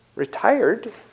retired